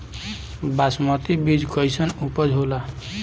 बासमती बीज कईसन उपज होला?